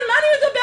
על מה אני מדברת?